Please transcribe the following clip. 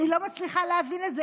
אני לא מצליחה להבין את זה.